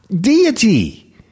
deity